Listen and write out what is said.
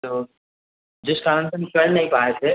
तो जिस कारण से हम कर नहीं पाए थे